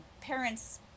parents